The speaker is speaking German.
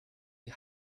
die